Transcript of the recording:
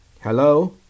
Hello